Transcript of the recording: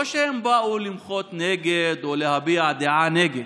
לא שהם באו למחות נגד או להביע דעה נגד,